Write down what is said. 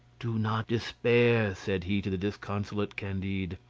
do not despair, said he to the disconsolate candide,